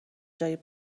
جای